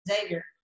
Xavier